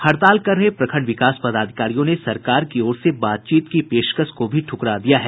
हड़ताल कर रहे प्रखंड विकास पदाधिकारियों ने सरकार की ओर से बातचीत की पेशकश को भी ठुकरा दिया है